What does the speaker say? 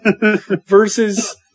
versus